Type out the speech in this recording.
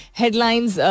headlines